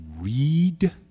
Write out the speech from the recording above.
read